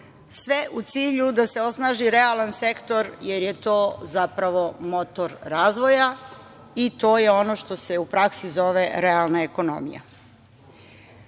sve u cilju da se osnaži realan sektor, jer je to zapravo motor razvoja i to je ono što se u praksi zove realna ekonomija. Svakako